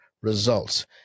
results